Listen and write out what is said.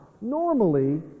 normally